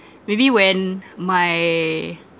maybe when my